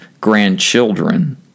grandchildren